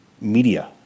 media